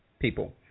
people